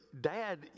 dad